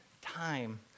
time